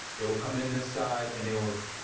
they will come in this side, and they will,